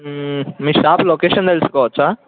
మీ shop location తెలుసుకోవచ్చా